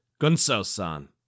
Gunso-san